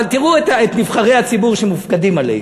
אבל תראו את נבחרי הציבור שמופקדים עלינו.